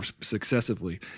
successively